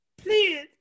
Please